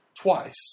twice